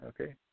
okay